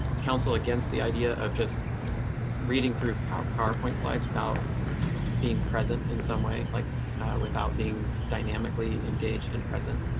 counsel against the idea of just reading through powerpoint slides without being present in some way, like without being dynamically engaged and present.